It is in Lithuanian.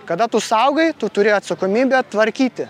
kada tu saugai tu turi atsakomybę tvarkyti